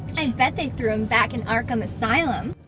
i bet they threw him back in arkham asylum.